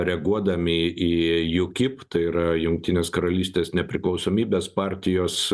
reaguodami į jukib tai yra jungtinės karalystės nepriklausomybės partijos